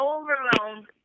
overwhelmed